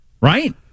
right